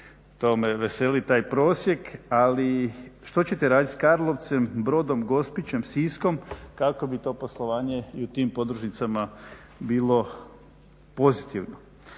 To me veseli taj prosjek ali što ćete raditi s Karlovcem, Brodom, Gospićem, Siskom kako bi to poslovanje i u tim podružnicama bilo pozitivno.